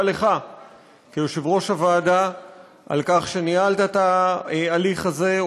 לך כיושב-ראש הוועדה על כך שניהלת את ההליך הזה,